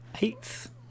eighth